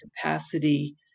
capacity